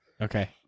Okay